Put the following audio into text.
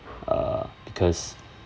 err because